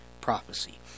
prophecy